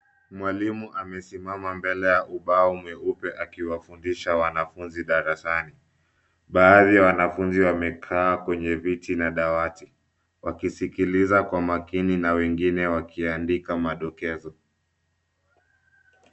Mwalimu amesimama mbele ya ubao mweupe akiwafundisha wanafunzi darasani. Baadhi ya wanafunzi wamekaa kwenye viti na dawati, wakisikiliza kwa makini na wengine wakiandika madokezo.